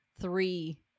three